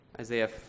Isaiah